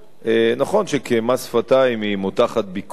נכון שכמס שפתיים היא מותחת ביקורת,